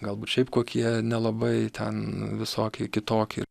galbūt šiaip kokie nelabai ten visokie kitokie